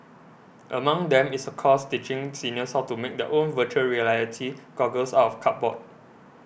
among them is a course teaching seniors how to make their own Virtual Reality goggles out of cardboard